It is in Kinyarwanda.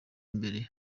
imbere